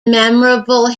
memorable